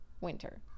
winter